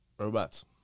Robots